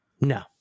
No